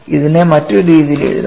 ഇതിനെ ഇതിന് മറ്റൊരു രീതിയിൽ എഴുതാം